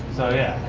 so yeah,